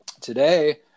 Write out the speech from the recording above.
Today